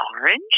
orange